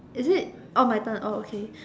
is it oh my turn oh okay